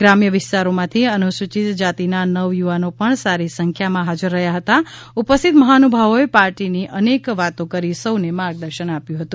ગ્રામ્ય વિસ્તારોમાંથી અનુસૂચિત જાતિના નવયુવાનો પણ સારી સંખ્યામાં હાજર રહયા હતા ઉપસ્થિત મહાનુભાવોએ પાર્ટીની અનેક વાતો કરી સોને માર્ગદર્શન આપ્યું હતું